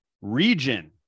region